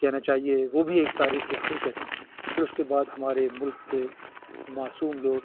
کہنا چاہیے وہ بھی ایک تاریخی حقیقت ہے پھر اس کے بعد ہمارے ملک کے معصوم لوگ